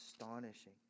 astonishing